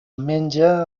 menja